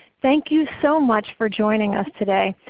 thank you so much for joining us today.